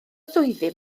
swyddi